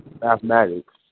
mathematics